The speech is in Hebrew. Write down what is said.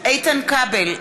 איתן כבל,